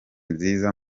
nziza